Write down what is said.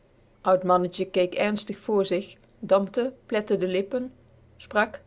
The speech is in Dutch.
meneer oud mannetje keek ernstig voor zich dampte plette de lippen sprak